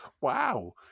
Wow